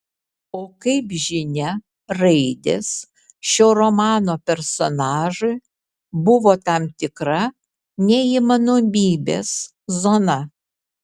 o kaip žinia raidės šio romano personažui buvo tam tikra neįmanomybės zona